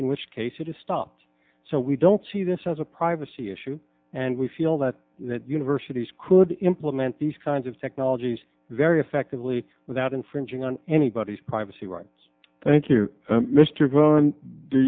in which case it is stopped so we don't see this as a privacy issue and we feel that that universities could implement these kinds of technologies very effectively without infringing on anybody's privacy rights thank you